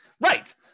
Right